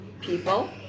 people